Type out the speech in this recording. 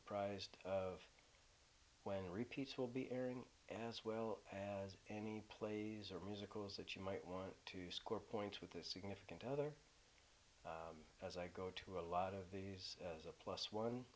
apprised of when repeats will be airing as well as any plays or rules that you might want to score points with their significant other as i go to a lot of the as a plus one